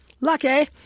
Lucky